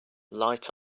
light